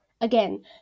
Again